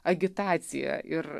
agitaciją ir